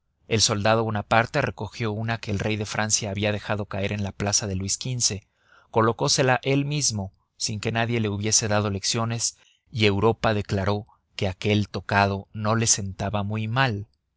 el soldado bonaparte recogió una que el rey de francia había dejado caer en la plaza de luis xv colocósela él mismo sin que nadie le hubiese dado lecciones y europa declaró que aquel tocado no le sentaba muy mal